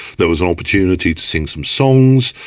there was an opportunity to sing some songs,